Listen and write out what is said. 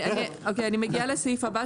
אוקיי אני מגיעה לסעיף הבא,